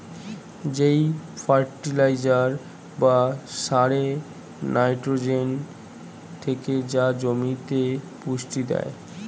যেই ফার্টিলাইজার বা সারে নাইট্রোজেন থেকে তা জমিতে পুষ্টি দেয়